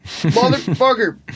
Motherfucker